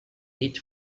eat